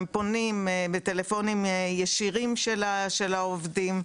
פונים בטלפונים הישירים של העובדים.